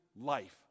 life